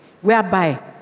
whereby